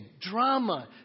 drama